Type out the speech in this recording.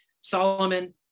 Solomon